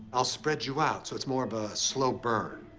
i'll spread you out so it's more of a slow burn.